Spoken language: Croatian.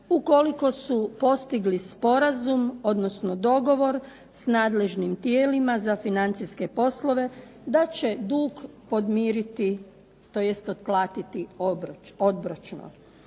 ukoliko su postigli sporazum, odnosno dogovor s nadležnim tijelima za financijske poslove da će dug podmiriti, odnosno otplatiti obročno.